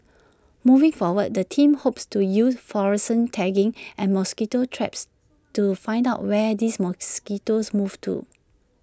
moving forward the team hopes to use fluorescent tagging and mosquito traps to find out where these mosquitoes move to